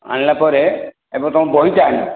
ଆଣିଲା ପରେ ଏବେ ତମ ବହିଟା ଆଣିବ